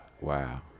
Wow